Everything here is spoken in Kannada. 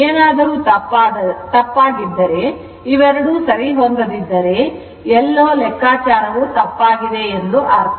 ಏನಾದರೂ ತಪ್ಪಾದಲ್ಲಿ ಇವೆರಡು ಸರಿಹೊಂದದಿದ್ದರೆ ಎಲ್ಲಾ ಎಂದರೆ ಎಲ್ಲೋ ಲೆಕ್ಕಾಚಾರವು ತಪ್ಪಾಗಿದೆ ಎಂದು ಅರ್ಥ